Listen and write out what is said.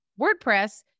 WordPress